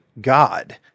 God